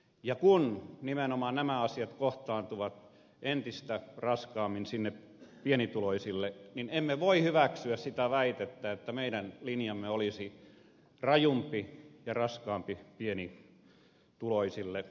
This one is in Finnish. ja kun nimenomaan nämä asiat kohtaantuvat entistä raskaammin sinne pienituloisille niin emme voi hyväksyä sitä väitettä että meidän linjamme olisi rajumpi ja raskaampi pienituloisille ja keskituloisille